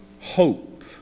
hope